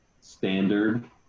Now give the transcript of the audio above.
standard